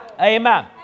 Amen